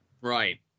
Right